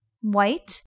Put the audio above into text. white